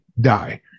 die